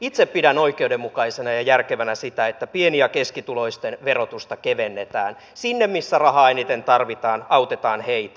itse pidän oikeudenmukaisena ja järkevänä sitä että pieni ja keskituloisten verotusta kevennetään siellä missä rahaa eniten tarvitaan autetaan heitä